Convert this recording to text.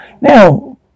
Now